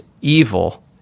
evil